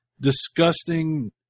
disgusting